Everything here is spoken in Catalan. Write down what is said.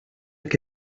que